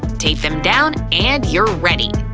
tape them down and you're ready!